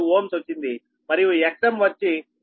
027 Ω వచ్చింది మరియు Xm వచ్చి 8013